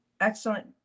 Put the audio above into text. excellent